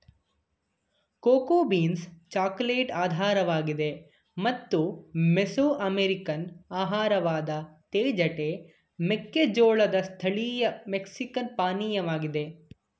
cocoa beans chocolate ಆಧಾರವಾಗಿದೆ ಮತ್ತು Mesoamerican ಆಹಾರವಾದ ತೇಜಟೆ ಮೆಕ್ಕೆಜೋಳದ್ ಸ್ಥಳೀಯ ಮೆಕ್ಸಿಕನ್ ಪಾನೀಯವಾಗಿದೆ